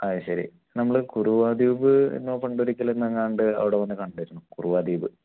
അത് ശരി നമ്മൾ കുറുവാദ്വീപ് എന്നോ പണ്ടൊരിക്കലെങ്ങാണ്ട് അവിടെ വന്ന് കണ്ടിരുന്നു കുറുവാദ്വീപ്